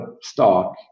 stock